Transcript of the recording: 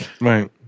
Right